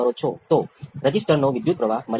હવે ચાલો R C d v c by d t V c બરાબર 0 લઈએ